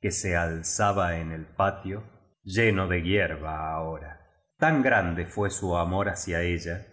que se biblioteca nacional de españa i a españa moderna alzaba en el patio lleno de hierba ahora tan grande fue su amor hacia ella